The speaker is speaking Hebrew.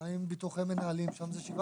מה עם ביטוחי מנהלים, שם זה 7.5?